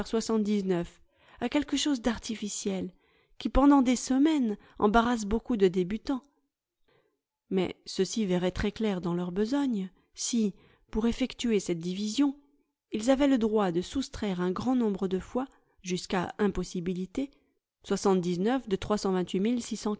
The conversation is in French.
a quelque chose d'artificiel qui pendant des semaines embarrasse beaucoup de débutants mais ceux-ci verraient très clair dans leur besogne si pour effectuer cette division ils avaient le droit de soustraire un grand nombre de fois jusqu'à impossibilité de